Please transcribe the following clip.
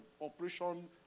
operation